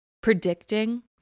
predicting